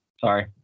Sorry